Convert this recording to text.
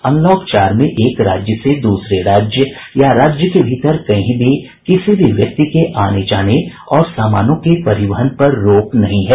unlock चार में एक राज्य से दूसरे राज्य या राज्य के भीतर कहीं भी किसी भी व्यक्ति के आने जाने और सामानों के परिवहन पर रोक नहीं है